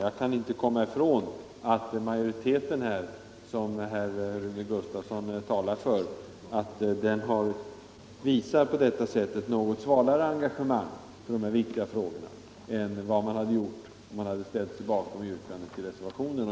Jag kan inte komma ifrån att majoriteten, som Rune Gustavsson talat för, på detta sätt visar ett något svalare engagemang för de här viktiga frågorna än vad man hade gjort, om man hade ställt sig bakom reservanternas yrkande.